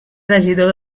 regidor